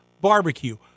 barbecue